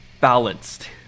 balanced